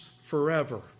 forever